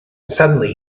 suddenly